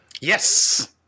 Yes